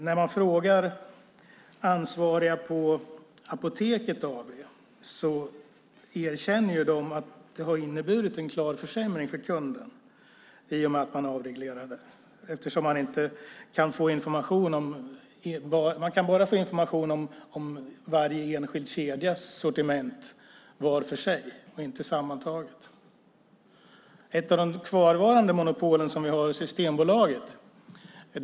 När man frågar ansvariga på Apoteket AB erkänner de att avregleringen har inneburit en klar försämring för kunden eftersom man bara kan få information om varje enskild kedjas sortiment vart för sig och inte sammantaget. Ett av de kvarvarande monopol som vi har är Systembolaget.